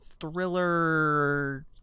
thriller